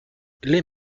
les